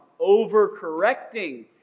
Overcorrecting